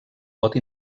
pot